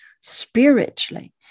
spiritually